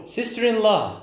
Sister-in-law